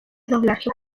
doblaje